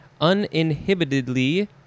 uninhibitedly